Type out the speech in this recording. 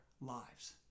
lives